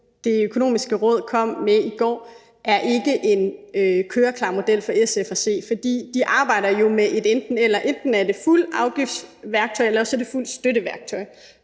Det Miljøøkonomiske Råd kom med i går, er for SF at se ikke en køreklar model. For de arbejder jo med et enten-eller; enten er det et fuldt afgiftsværktøj, eller også er det et fuldt støtteværktøj.